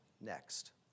next